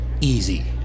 easy